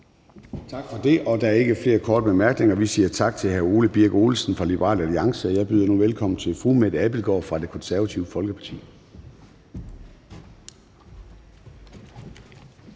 Tak for det. Der er ikke flere korte bemærkninger. Vi siger tak til hr. Ole Birk Olesen fra Liberal Alliance. Jeg byder nu velkommen til fru Mette Abildgaard fra Det Konservative Folkeparti.